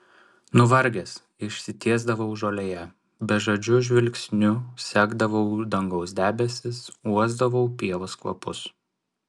nuvargęs išsitiesdavau žolėje bežadžiu žvilgsniu sekdavau dangaus debesis uosdavau pievos kvapus